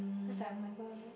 it's like oh-my-god